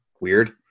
weird